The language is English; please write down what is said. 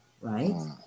right